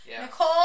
Nicole